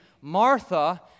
Martha